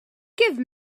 give